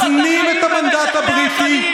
מתנים את המנדט הבריטי,